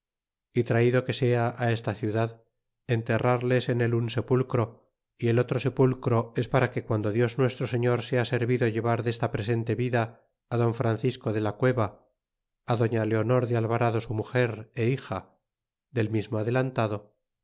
y traido que sea a esta ciudad enterrarles en el un sepulcro y el otro sepulcro es para que vendo dios nuestro señor sea servido llevar desta presente vida don francisco de a cuevak binia leonor de alvarado sumnger he del mismo adelantado